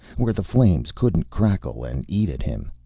where the flames couldn't crackle and eat at him.